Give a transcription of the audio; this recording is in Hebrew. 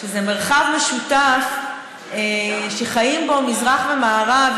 שזה מרחב משותף שחיים בו מזרח ומערב,